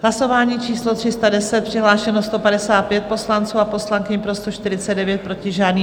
Hlasování číslo 310, přihlášeno 155 poslanců a poslankyň, pro 149, proti žádný.